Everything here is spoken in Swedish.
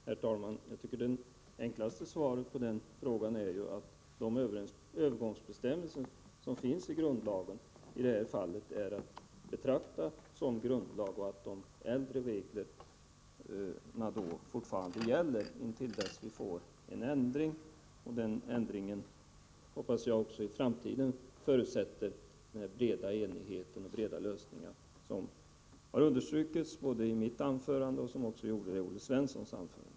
Herr talman! Jag tycker att det enklaste svaret på den frågan är att de övergångsbestämmelser som finns i grundlagen i det här fallet är att betrakta som grundlag och att de äldre reglerna då fortfarande gäller intill dess vi får en ändring. Den ändringen hoppas jag också i framtiden förutsätter den breda enighet och de breda lösningar som har understrukits både i mitt anförande och i Olle Svenssons anförande.